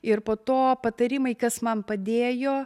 ir po to patarimai kas man padėjo